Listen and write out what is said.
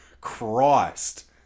Christ